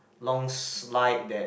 long's slight that